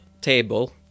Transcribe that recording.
table